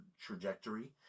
trajectory